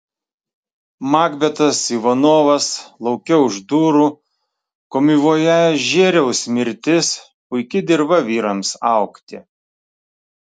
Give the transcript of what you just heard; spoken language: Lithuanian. makbetas ivanovas lauke už durų komivojažieriaus mirtis puiki dirva vyrams augti